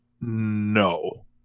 No